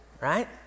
right